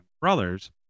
brothers